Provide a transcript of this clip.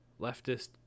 Leftist